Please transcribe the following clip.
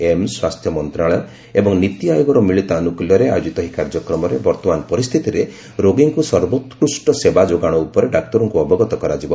AIIMS ସ୍ୱାସ୍ଥ୍ୟ ମନ୍ତ୍ରଣାଳୟ ଏବଂ ନୀତି ଆୟୋଗର ମିଳିତ ଆନୁକ୍ଲ୍ୟରେ ଆୟୋଜିତ ଏହି କାର୍ଯ୍ୟକ୍ରମରେ ବର୍ତ୍ତମାନ ପରିସ୍ଥିତିରେ ରୋଗୀଙ୍କୁ ସର୍ବୋକୃଷ୍ଟ ସେବା ଯୋଗାଣ ଉପରେ ଡାକ୍ତରଙ୍କୁ ଅବଗତ କରାଯିବ